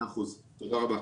מאה אחוז, תודה רבה.